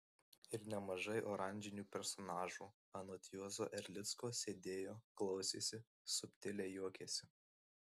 ir nemažai oranžinių personažų anot juozo erlicko sėdėjo klausėsi subtiliai juokėsi